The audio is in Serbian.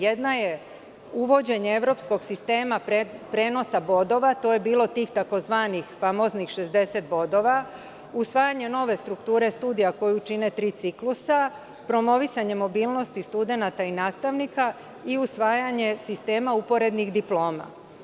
Jedna je uvođenje evropskog sistema prenosa bodova, to je bilo tih tzv. famoznih 60 bodova, usvajanje nove strukture studija, koju čine tri ciklusa, promovisanje mobilnosti studenata i nastavnika i usvajanje sistema uporednih diploma.